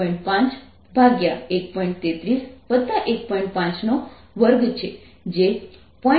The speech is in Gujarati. અને તમે આની ગણતરી કરો આ 1270 હશે